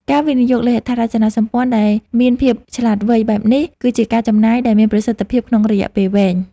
ការវិនិយោគលើហេដ្ឋារចនាសម្ព័ន្ធដែលមានភាពឆ្លាតវៃបែបនេះ គឺជាការចំណាយដែលមានប្រសិទ្ធភាពក្នុងរយៈពេលវែង។